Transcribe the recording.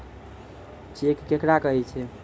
Cheque केकरा कहै छै?